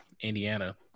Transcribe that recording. Indiana